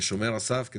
כשומר הסף,